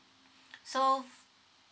so